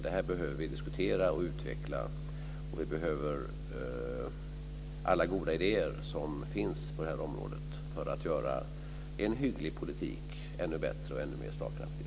Detta behöver vi diskutera och utveckla, och vi behöver alla goda idéer som finns på detta område för att göra en hygglig politik ännu bättre och ännu mer slagkraftig.